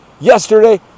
Yesterday